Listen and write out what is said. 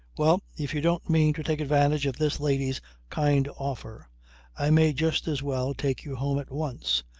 well. if you don't mean to take advantage of this lady's kind offer i may just as well take you home at once.